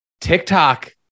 TikTok